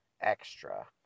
Extra